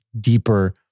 deeper